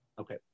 Okay